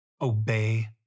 obey